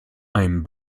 einem